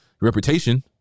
Reputation